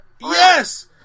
Yes